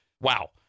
wow